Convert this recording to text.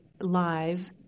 live